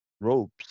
ropes